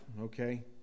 okay